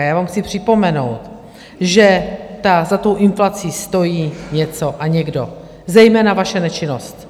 Já vám chci připomenout, že za tou inflací stojí něco a někdo zejména vaše nečinnost.